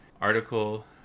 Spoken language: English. article